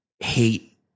hate